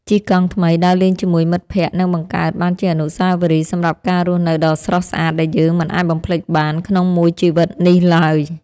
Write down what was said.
ជិះកង់ថ្មីដើរលេងជាមួយមិត្តភក្តិនឹងបង្កើតបានជាអនុស្សាវរីយ៍សម្រាប់ការរស់នៅដ៏ស្រស់ស្អាតដែលយើងមិនអាចបំភ្លេចបានក្នុងមួយជីវិតនេះឡើយ។